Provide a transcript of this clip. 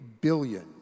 billion